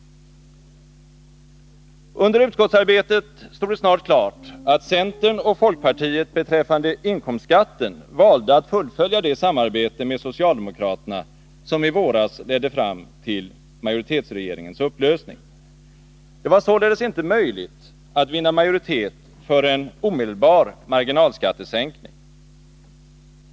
Under utskottsarbetet stod det snart klart att centern och folkpartiet beträffande inkomstskatten valde att fullfölja det samarbete med socialdemokraterna som i våras ledde fram till majoritetsregeringens upplösning. Det var således inte möjligt att vinna majoritet för en omedelbar marginalskattesänkning.